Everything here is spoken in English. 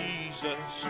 Jesus